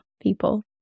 people